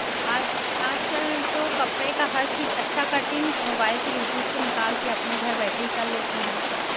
आज आज कल तो कपड़े का हर चीज़ अच्छा कटिंग मोबाइल से यूट्यूब से निकाल के अपना घर बैठे ही कर लेते हैं